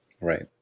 right